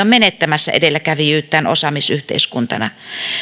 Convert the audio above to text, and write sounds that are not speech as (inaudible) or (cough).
(unintelligible) menettämässä edelläkävijyyttään osaamisyhteiskuntana